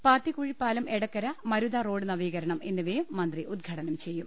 പാത്തിക്കുഴിപാലം എടക്കര മരുതറോഡ് നവീകരണം എന്നിവയും മന്ത്രി ഉദ്ഘാടനം ചെയ്യും